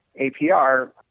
APR